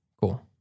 cool